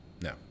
No